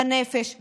בנפש,